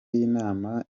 y’inama